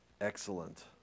Excellent